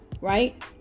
right